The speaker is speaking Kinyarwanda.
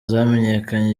zamenyekanye